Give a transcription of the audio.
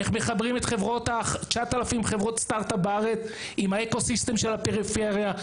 איך מחברים 9000 חברות סטארט-אפ בארץ עם האקו סיסטם של הפריפריה.